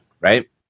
right